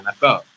NFL